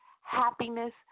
happiness